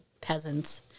peasants